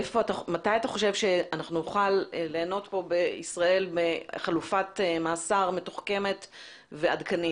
מתי אתה חושב שאנחנו נוכל ליהנות בישראל מחלופת מאסר מתוחכמת ועדכנית.